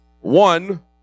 One